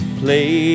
play